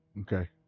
Okay